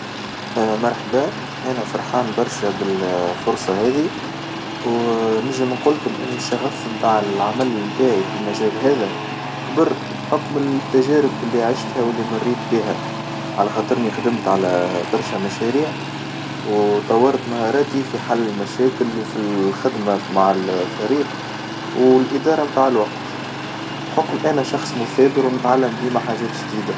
مرحبا أنا فرحان برشا بالفرصة هاذي ونجيم نجول لكم إنو الشغف نتاع العمل نتاعي في المجال هذا، كبر بحكم التجارب اللي عشتها واللي مريت بها، على خاطرني خدمت على برشا مشاريع، وطورت مهاراتي في حل المشاكل وفي الخدمة ف- مع الفريق والإدارة متاع الوقت، بحكم أنا شخص مثابر ونتعلم ديما حاجات جديدة.